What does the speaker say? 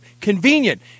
convenient